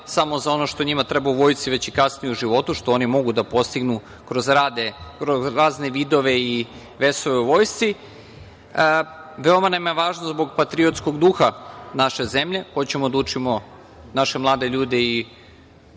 samo za ono što njima treba u vojsci već i kasnije u životu, što oni mogu da postignu kroz razne vidove u vojsci. Veoma nam je važno zbog patriotskog duha naše zemlje, hoćemo da učimo naše mlade ljude i